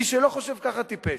מי שלא חושב ככה, טיפש.